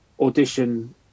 audition